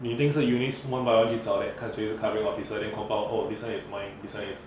你已经是 eunice one by one 去找 then 看谁 covering officer then compound 后 this [one] is mine this [one] is